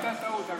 הייתה טעות.